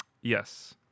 Yes